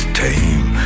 tame